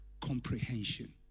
comprehension